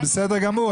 זה בסדר גמור,